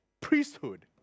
priesthood